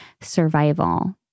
survival